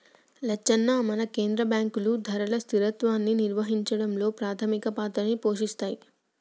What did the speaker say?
లచ్చన్న మన కేంద్ర బాంకులు ధరల స్థిరత్వాన్ని నిర్వహించడంలో పాధమిక పాత్రని పోషిస్తాయి